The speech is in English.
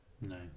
No